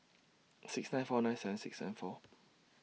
six nine four nine seven six seven four